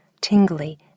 tingly